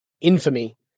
infamy